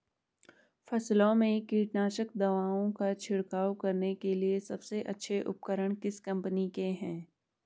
फसलों में कीटनाशक दवाओं का छिड़काव करने के लिए सबसे अच्छे उपकरण किस कंपनी के हैं?